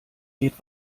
geht